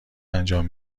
انجام